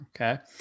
Okay